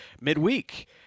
midweek